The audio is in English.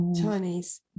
Chinese